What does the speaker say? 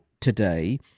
today